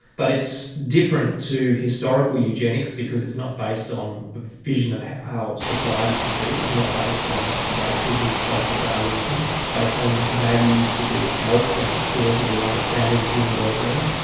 but it's different to historical eugenics because it's not based on a vision of how society should be, is not based on racism or social darwinism, it's based on values to do with health and plausible understanding of human well-being.